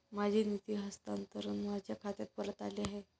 माझे निधी हस्तांतरण माझ्या खात्यात परत आले आहे